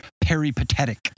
peripatetic